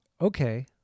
okay